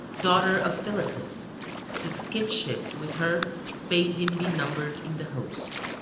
daughter of phylacus his kinship with her bade him be numbered in the host.